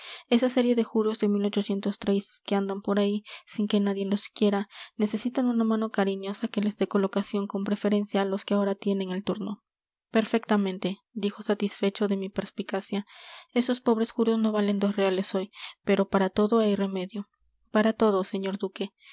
esa serie de juros de que andan por ahí sin que nadie los quiera necesitan una mano cariñosa que les dé colocación con preferencia a los que ahora tienen el turno perfectamente dijo satisfecho de mi perspicacia esos pobres juros no valen dos reales hoy pero para todo hay remedio para todo señor duque